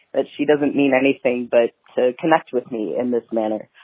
that she doesn't mean anything. but so connect with me in this manner.